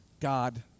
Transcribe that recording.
God